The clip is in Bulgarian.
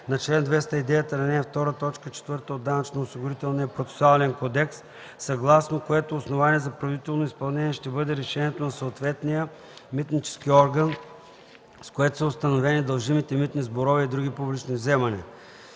на чл. 209, ал. 2, т. 4 от Данъчно-осигурителния процесуален кодекс, съгласно което основание за принудително изпълнение ще бъде решението на съответния митнически орган, с което са установени дължимите митни сборове и други публични вземания;